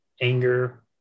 anger